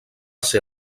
ser